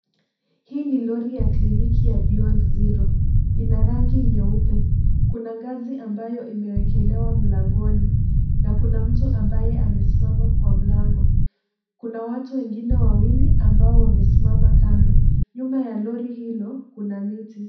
Hii ni lori ya kliniki ya Beyond Zero. Ina rangi nyeupe. Kuna ngazi ambayo imewekelewa mlangoni na kuna mtu ambaye amesimama kwa mlango. Kuna watu wengine wawili ambao wamesimama kando. Nyuma ya lori hilo kuna miti.